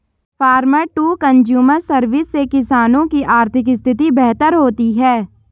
farmer to consumer service से किसानों की आर्थिक स्थिति बेहतर होती है